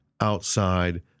outside